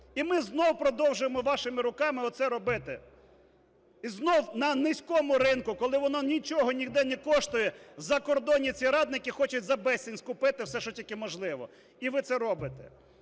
І ми знову продовжуємо вашими руками оце робити. І знову на низькому ринку, коли воно нічого ніде не коштує, закордонні ці радники хочуть за безцінь скупити все, що тільки можливо і ви це робите.